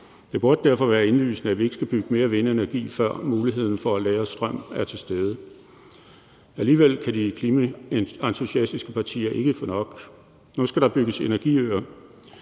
Det burde derfor være indlysende, at vi ikke skal bygge mere og producere mere vindenergi, før muligheden for at lagre strøm er til stede. Alligevel kan de klimaentusiastiske partier ikke få nok. Nu skal der bygges energiøer.